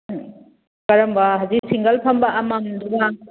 ꯎꯃ ꯀꯔꯝꯕ ꯍꯧꯖꯤꯛ ꯁꯤꯡꯒꯜ ꯐꯝꯕ ꯑꯃꯃꯝꯗꯨꯅ